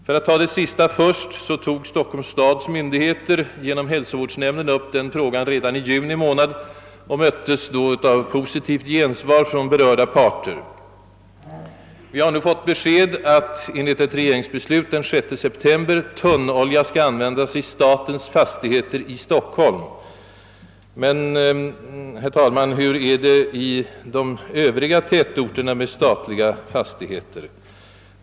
För att ta det sista först, så tog Stockholms stads myndigheter genom hälsovårdsnämnden upp den frågan redan i juni månad och möttes då av positivt gensvar från berörda parter. Vi har nu fått besked att enligt ett regeringsbeslut av den 6 september skall tunnolja användas i statens fastigheter i Stockholm. Men, herr talman, hur är det i de övriga tätorterna med statliga fastigheter?